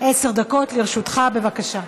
עשר דקות לרשותך, בבקשה.